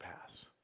pass